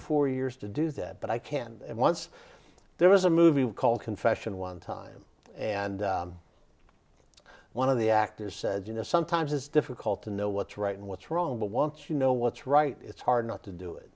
four years to do that but i can once there was a movie called confession one time and one of the actors said you know sometimes it's difficult to know what's right and what's wrong but once you know what's right it's hard not to do it